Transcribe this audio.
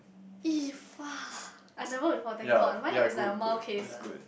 !eee! fa~ I never before thank god mine is like a mild case ah